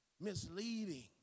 Misleading